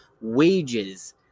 wages